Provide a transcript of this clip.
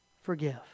forgive